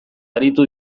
aritu